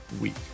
week